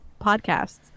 podcasts